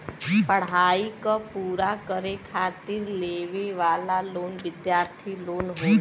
पढ़ाई क पूरा करे खातिर लेवे वाला लोन विद्यार्थी लोन होला